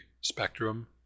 spectrum